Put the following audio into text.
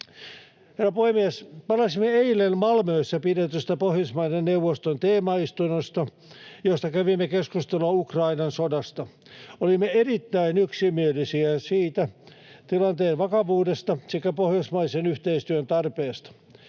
puhemies! Palasimme eilen Malmössä pidetystä Pohjoismaiden neuvoston teemaistunnosta, jossa kävimme keskustelua Ukrainan sodasta. Olimme erittäin yksimielisiä tilanteen vakavuudesta sekä pohjoismaisen yhteistyön tarpeesta.